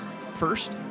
First